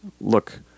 Look